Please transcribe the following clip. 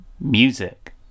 music